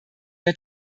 der